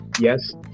yes